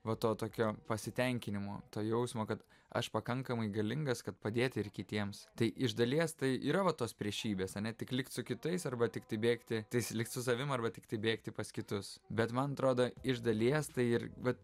va to tokio pasitenkinimo to jausmo kad aš pakankamai galingas kad padėti ir kitiems tai iš dalies tai yra va tos priešybės ne tik likt su kitais arba tiktai bėgti tiks likt su savimi arba tiktai bėgti pas kitus bet man atrodo iš dalies tai ir vat